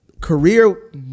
career